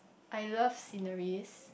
I love sceneries